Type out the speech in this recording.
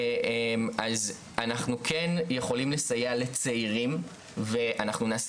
אז אנחנו כן יכולים לסייע לצעירים ואנחנו נעשה